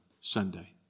Sunday